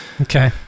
Okay